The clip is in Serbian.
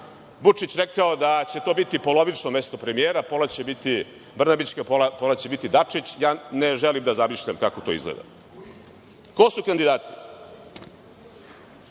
Vučić rekao da će to biti polovično mesto premijera, pola će biti Brnabićeva, pola će biti Dačić. Ne želim da zamišljam kako to izgleda. Ko su kandidati?